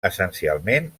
essencialment